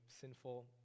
sinful